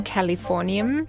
Californium